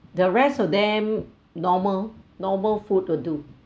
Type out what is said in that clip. the rest of them normal normal food will do